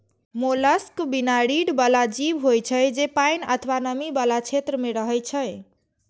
mollusc बिना रीढ़ बला जीव होइ छै, जे पानि अथवा नमी बला क्षेत्र मे रहै छै